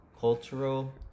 cultural